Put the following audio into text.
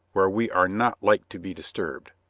where we are not like to be disturbed.